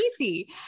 easy